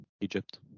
Egypt